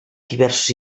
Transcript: diversos